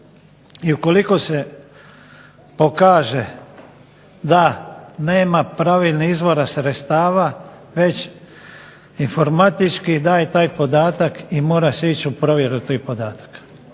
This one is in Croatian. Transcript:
I ukoliko se pokaže da nema pravilnih izvora sredstava, već informatički daj taj podatak i mora se ići u provjeru tih podataka.